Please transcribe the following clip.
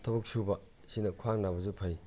ꯊꯕꯛ ꯁꯨꯕ ꯁꯤꯅ ꯈ꯭ꯋꯥꯡ ꯅꯥꯕꯁꯨ ꯐꯩ